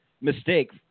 mistake –